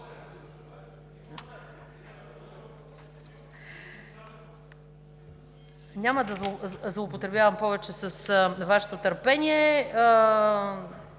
Няма да злоупотребявам повече с Вашето търпение.